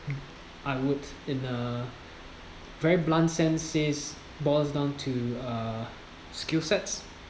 I would in a very blunt sense is boils down to uh skill sets